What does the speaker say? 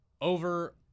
over –